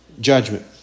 judgment